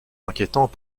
inquiétant